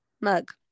mug